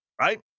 Right